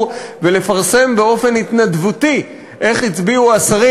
ולפרסם בהתנדבות איך הצביעו השרים,